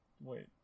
wait